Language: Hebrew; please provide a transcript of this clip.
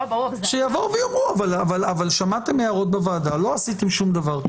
שיבואו ויאמרו אבל שמעתם הערות בוועדה ולא עשיתם שום דבר.